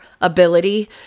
ability